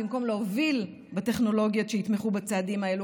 במקום להוביל בטכנולוגיות שיתמכו בצעדים האלו,